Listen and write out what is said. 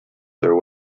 their